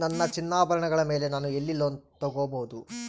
ನನ್ನ ಚಿನ್ನಾಭರಣಗಳ ಮೇಲೆ ನಾನು ಎಲ್ಲಿ ಲೋನ್ ತೊಗೊಬಹುದು?